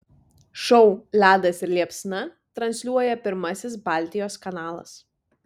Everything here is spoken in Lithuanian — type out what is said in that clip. šou ledas ir liepsna transliuoja pirmasis baltijos kanalas